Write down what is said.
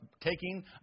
taking